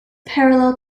parallel